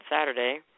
Saturday